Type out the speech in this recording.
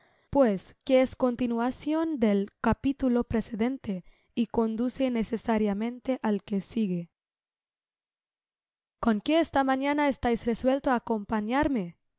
pues que es continuacion dbl capítulo precedente y conduce necesariamente i al que sigue con que esta mañana estais resuelto á acompañarme